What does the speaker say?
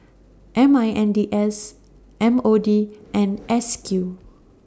M I N D S M O D and S Q